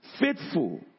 faithful